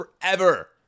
forever